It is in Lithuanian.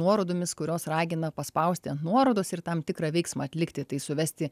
nuorodomis kurios ragina paspausti nuorodos ir tam tikrą veiksmą atlikti tai suvesti